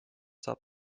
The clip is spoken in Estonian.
saab